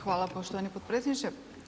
Hvala poštovani potpredsjedniče.